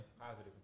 Positive